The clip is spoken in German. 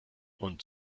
und